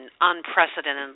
unprecedented